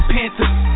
Panthers